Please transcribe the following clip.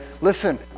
listen